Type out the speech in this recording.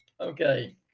Okay